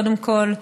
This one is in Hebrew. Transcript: קודם כול,